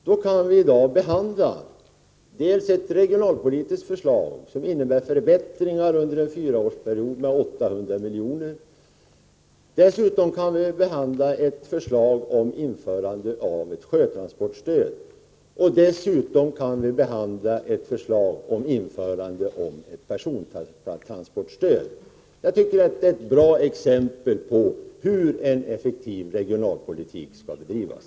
Nu kan vi behandla ett regionalpolitiskt förslag som innebär förbättringar med 800 miljoner under en fyraårsperiod, vidare ett förslag om införande av ett sjötransportstöd och dessutom ett förslag om införande av ett persontransportstöd. Jag tycker det är bra exempel på hur en effektiv regionalpolitik skall bedrivas.